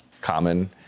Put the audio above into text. common